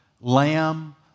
lamb